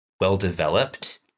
well-developed